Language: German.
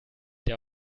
der